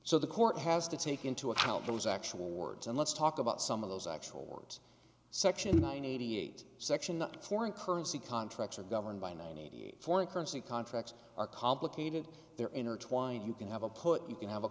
so the court has to take into account those actual words and let's talk about some of those actual words section nine eighty eight section the foreign currency contracts are governed by nine hundred foreign currency contracts are complicated they're intertwined you can have a put you can have a